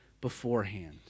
beforehand